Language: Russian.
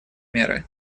меры